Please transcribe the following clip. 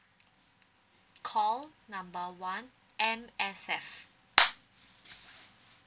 call number one M_S_F